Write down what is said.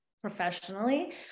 professionally